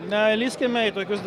nelįskime į tokius